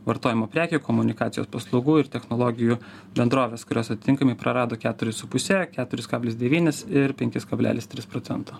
vartojimo prekė komunikacijos paslaugų ir technologijų bendrovės kurios atitinkamai prarado keturis su puse keturis kablis devynis ir penkis kablelis tris procento